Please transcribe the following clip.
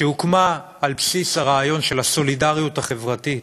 שהוקמה על בסיס הרעיון של הסולידריות החברתית,